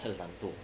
很懒惰